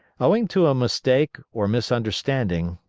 owing to a mistake or misunderstanding,